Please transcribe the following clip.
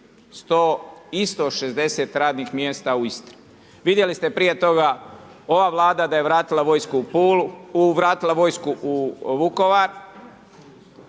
160 radnih mjesta u Istri. Vidjeli ste prije toga, ova Vlada da je vratila vojsku u Vukovar,